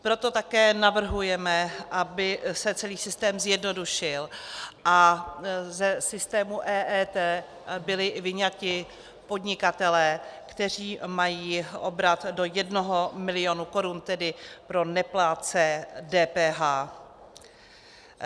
Proto také navrhujeme, aby se celý systém zjednodušil a ze systému EET byly vyňati podnikatelé, kteří mají obrat do jednoho milionu korun, tedy pro neplátce DPH.